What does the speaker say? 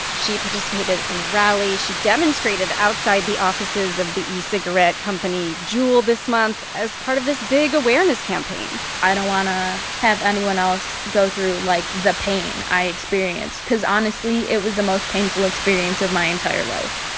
she participated in a rally. she demonstrated outside the offices of the e-cigarette company juul this month as part of this big awareness campaign i don't want to have anyone else go through, like, the pain i experienced because honestly, it was the most painful experience of my entire life.